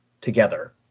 together